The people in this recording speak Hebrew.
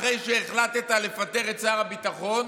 אחרי שהחלטת לפטר את שר הביטחון,